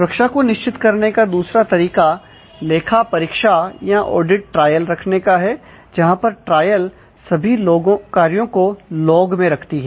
सुरक्षा को निश्चित करने का दूसरा तरीका लेखा परीक्षा या ऑडिट ट्रायल में रखती है